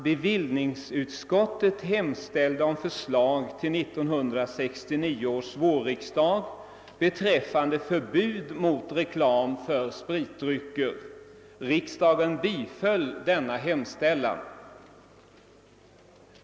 Bevillningsutskottet hemställde då om förslag till 1969 års riksdag beträffande förbud mot reklam för spritdrycker, vilken hemställan bifölls av riksdagen.